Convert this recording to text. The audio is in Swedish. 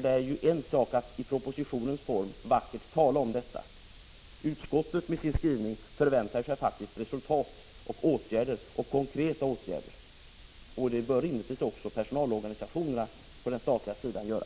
Det är ju en sak att i propositionen vackert tala om det. Utskottet — det framgår av dess skrivning — förväntar sig faktiskt resultat och konkreta åtgärder. Rimligtvis gäller det även personalorganisationerna på den statliga sidan.